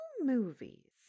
movies